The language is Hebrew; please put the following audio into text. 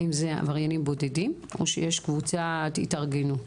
האם זה עבריינים בודדים או שיש קבוצת התארגנות?